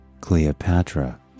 Cleopatra